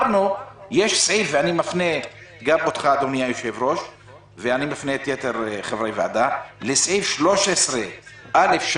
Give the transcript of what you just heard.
אני מפנה גם אותך ואת יתר חברי הוועדה לסעיף 13(א)(3)